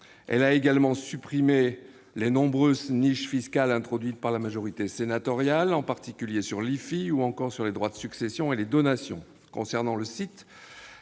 Elle a également supprimé les nombreuses niches fiscales introduites par la majorité sénatoriale, en particulier sur l'IFI (impôt sur la fortune immobilière) ou encore sur les droits de succession et les donations.